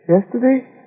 Yesterday